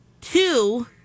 two